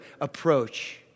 approach